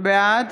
בעד